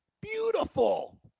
Beautiful